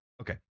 okay